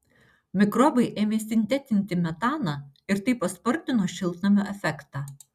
mikrobai ėmė sintetinti metaną ir tai paspartino šiltnamio efektą